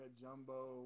Jumbo